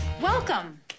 Welcome